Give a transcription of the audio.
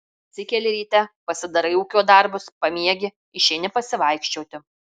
atsikeli ryte pasidarai ūkio darbus pamiegi išeini pasivaikščioti